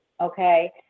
okay